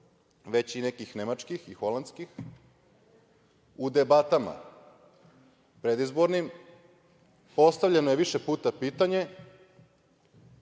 već i nekih nemačkih, holandskih, u debatama predizbornim postavljeno je više puta pitanje,